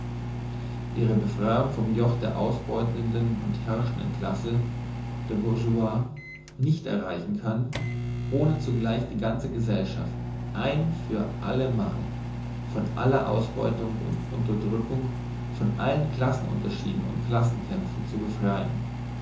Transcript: ihre befreiung vom joch der ausbeutenden und herrschenden klasse der bourgeoisie nicht erreichen kann ohne zugleich die ganze gesellschaft ein für allemal von aller ausbeutung und unterdrückung von allen klassenunterschieden und klassenkämpfen zu befreien